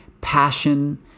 passion